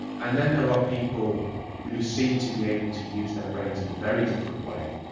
and then there are people who seem to be able to use their brains in a very different way,